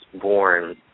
born